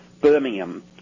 Birmingham